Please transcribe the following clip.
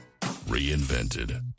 Reinvented